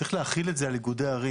צריך להחיל את זה על איגודי ערים.